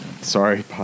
Sorry